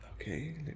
Okay